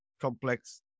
complex